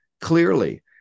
clearly